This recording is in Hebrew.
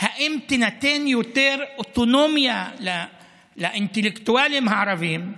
האם תינתן יותר אוטונומיה לאינטלקטואלים הערבים,